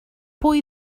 pwy